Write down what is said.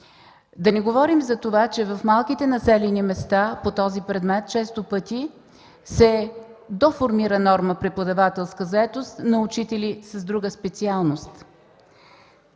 Да не говорим за това, че в малките населени места по този предмет често пъти се доформира норма преподавателска заетост на учители с друга специалност.